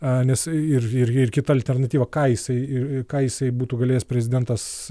a nes ir ir ir kita alternatyva ką jisai ir ką jisai būtų galėjęs prezidentas